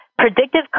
Predictive